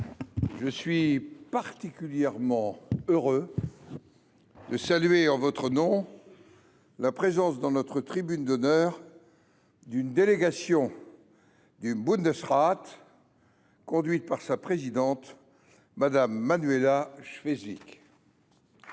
je suis particulièrement heureux de saluer en votre nom la présence dans notre tribune d’honneur d’une délégation du, conduite par sa présidente, Mme Manuela Schwesig.